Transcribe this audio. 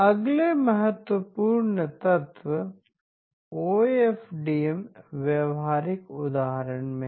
अगले महत्वपूर्ण तत्व ओ एफ डी एम एक व्यावहारिक उदाहरण में है